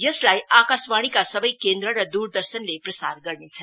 यसलाई आकावाणीका सबै केन्द्र र दूरदर्शनले प्रसार गर्नेछ